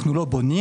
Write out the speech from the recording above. לא בונים